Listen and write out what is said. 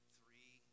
three